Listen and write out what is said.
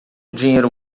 dinheiro